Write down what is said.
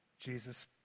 Jesus